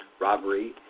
robbery